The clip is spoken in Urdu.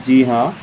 جی ہاں